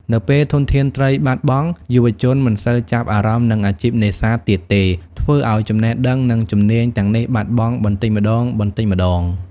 នៅពេលធនធានត្រីបាត់បង់ យុវជនមិនសូវចាប់អារម្មណ៍នឹងអាជីពនេសាទទៀតទេ ធ្វើឱ្យចំណេះដឹង និងជំនាញទាំងនេះបាត់បង់បន្តិចម្តងៗ។